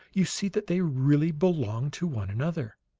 you see that they really belong to one another.